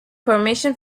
permission